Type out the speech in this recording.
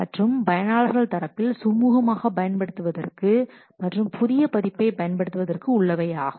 மற்றும் பயனாளர்கள் தரப்பில் சுமூகமாக பயன்படுத்துவதற்கு மற்றும் புதிய பதிப்பை பயன்படுத்துவதற்கு உள்ளவையாகும்